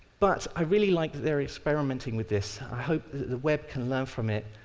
but i really like that they are experiment be with this. i hope the web can learn from it,